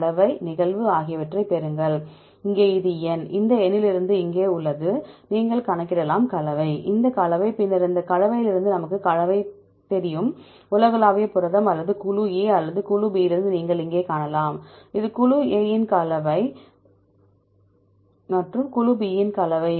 கலவை நிகழ்வு ஆகியவற்றைப் பெறுங்கள் இங்கே இது N இந்த N இலிருந்து இங்கே உள்ளது நீங்கள் கணக்கிடலாம் கலவை இந்த கலவை பின்னர் இந்த கலவையிலிருந்து நமக்கு கலவை தெரியும் உலகளாவிய புரதம் அல்லது குழு A அல்லது குழு B இலிருந்து நீங்கள் இங்கே காணலாம் இது குழு A இன் கலவை மற்றும் குழு B இன் கலவை